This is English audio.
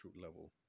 level